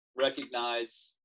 recognize